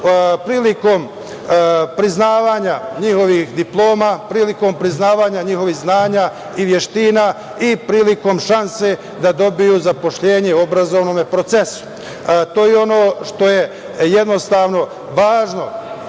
prilikom priznavanja njihovih diploma, prilikom priznavanja njihovih znanja i veština i prilikom šanse da dobiju zaposlenje u obrazovnom procesu. To je ono što je važno